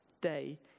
day